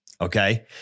Okay